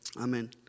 Amen